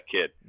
kid